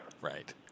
Right